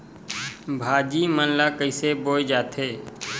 भाजी मन ला कइसे बोए जाथे?